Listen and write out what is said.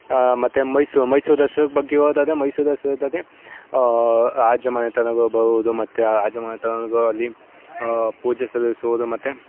ಹಾ ಮತ್ತು ಮೈಸೂರು ಮೈಸೂರು ದಸ್ರಾಗೆ ಬಗ್ಗೆ ಹೋದಾದ ಮೈಸೂರು ದಸರದ್ದೇ ರಾಜಮನೆತನಗಳು ಬರ್ಬೋದು ಮತ್ತೆ ಆ ರಾಜಮನೆತನಗಳಲ್ಲಿ ಪೂಜೆ ಸಲ್ಲಿಸುವುದು ಮತ್ತೆ